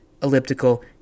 elliptical